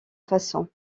façon